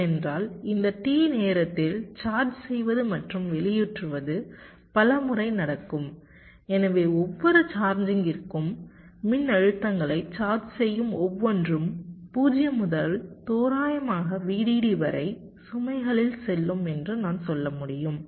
ஏனென்றால் இந்த T நேரத்தில் சார்ஜ் செய்வது மற்றும் வெளியேற்றுவது பல முறை நடக்கும் எனவே ஒவ்வொரு சார்ஜிங்கிற்கும் மின்னழுத்தங்களை சார்ஜ் செய்யும் ஒவ்வொன்றும் 0 முதல் தோராயமாக VDD வரை சுமைகளில் செல்லும் என்று நான் சொல்ல முடியும்